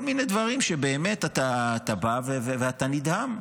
כל מיני דברים שבאמת אתה בא ואתה נדהם.